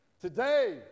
today